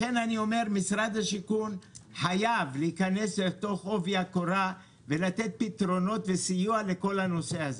לכן משרד השיכון חייב להיכנס לעובי הקורה ולתת פתרונות וסיוע בנושא הזה.